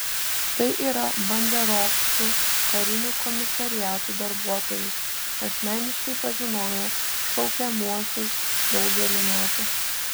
tai yra banderovcų karinių komisariatų darbuotojai asmeniškai pažinoję šaukiamuosius daugelį metų